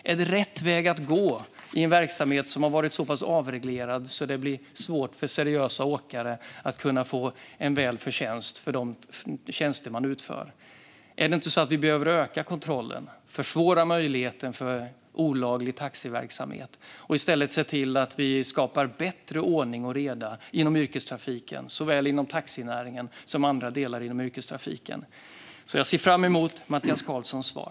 Är det rätt väg att gå när det gäller en verksamhet som har varit så pass avreglerad att det blir svårt för seriösa åkare att få en bra förtjänst för de tjänster de utför? Är det inte så att vi behöver öka kontrollen och försvåra möjligheten för olaglig taxiverksamhet samt se till att skapa bättre ordning inom yrkestrafiken, såväl taxinäringen som andra delar av yrkestrafiken? Jag ser fram emot Mattias Karlssons svar.